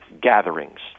gatherings